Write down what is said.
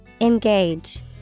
Engage